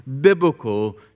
biblical